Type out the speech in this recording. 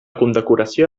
condecoració